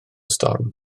storm